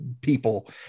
people